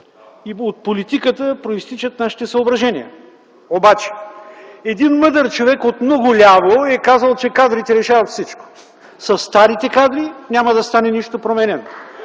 и от политиката произтичат нашите съображения. Обаче един мъдър човек от много ляво е казал, че кадрите решават всичко. Със старите кадри няма да стане нищо променено.